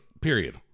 period